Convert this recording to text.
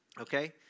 okay